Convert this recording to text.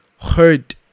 Hurt